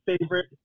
favorite